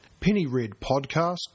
pennyredpodcast